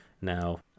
now